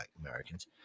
Americans